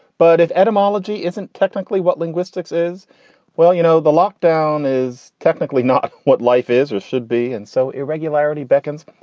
but if etymology isn't technically what linguistics is well, you know, the lockdown is technically not what life is or should be. and so irregularity beckons.